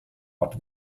ort